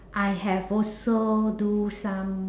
I have also do some